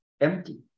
empty